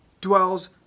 dwells